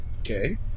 Okay